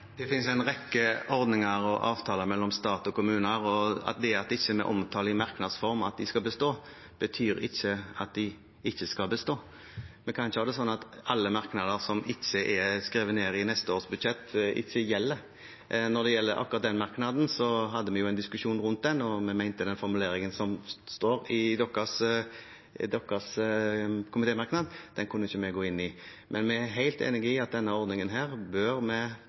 Det finnes en rekke ordninger og avtaler mellom stat og kommuner, og det at vi ikke omtaler i merknadsform at de skal bestå, betyr ikke at de ikke skal bestå. Vi kan ikke ha det sånn at alt som ikke er skrevet ned som merknader til neste års budsjett, ikke gjelder. Når det gjelder akkurat den merknaden, hadde vi en diskusjon rundt den, og vi mente at vi ikke kunne gå inn for den formuleringen som står i Arbeiderpartiets komitémerknad, men vi er helt enig i at denne ordningen bør vi